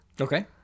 Okay